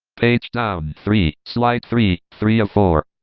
page down, three, slide three, three of four